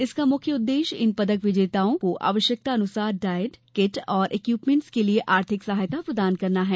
इसका मुख्य उद्देश्य इन पदक विजेता खेल प्रतिभाओं को आवश्यकता अनुसार डायट किट और एक्यूपमेंट के लिए आर्थिक सहायता प्रदान करना है